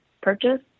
purchase